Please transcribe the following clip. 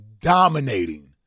dominating